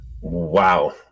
Wow